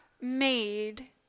made